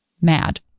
mad